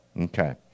Okay